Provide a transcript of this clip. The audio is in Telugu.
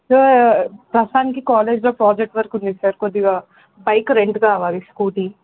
సార్ ప్రస్తుతానికి కాలేజ్లో ప్రాజెక్ట్ వర్కు ఉంది సార్ కొద్దిగా బైక్ రెంట్ కావాలి స్కూటీ